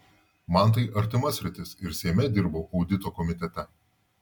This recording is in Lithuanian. man tai artima sritis ir seime dirbau audito komitete